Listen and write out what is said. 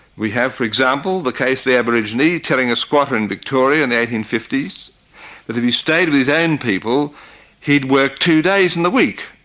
we have, for example, the case of the aborigine telling a squatter in victoria in the eighteen fifty s that if he stayed with his own people he'd work two days in the week,